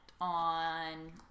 on